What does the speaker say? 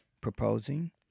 proposing